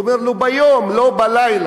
הוא אומר: נו, ביום, לא בלילה.